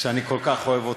שאני כל כך אוהב אותך,